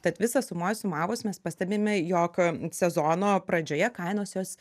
tad visa sumoj sumavus mes pastebime jog sezono pradžioje kainos jos